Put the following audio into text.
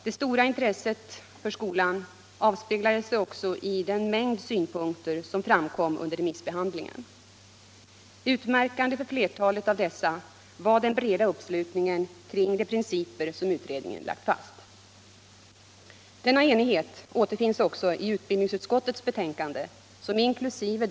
Det stora intresset för skolan avspeglade sig också i en mängd synpunkter som framkom under remissbehandlingen. Utmärkande för flertalet av dessa var den breda uppslutningen kring de principer utredningen lagt fast. Denna enighet återfinns också i utbildningsutskottets betänkande, som inkl.